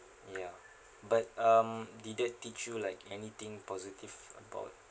ya but um did it teach you like anything positive about